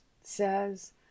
says